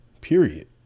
Period